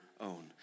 own